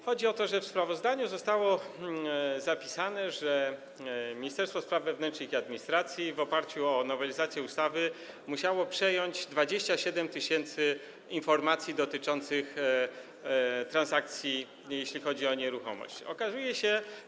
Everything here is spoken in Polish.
Chodzi o to, że w sprawozdaniu zostało zapisane, że Ministerstwo Spraw Wewnętrznych i Administracji w oparciu o nowelizację ustawy musiało przejąć 27 tys. informacji dotyczących transakcji, jeśli chodzi o nieruchomości.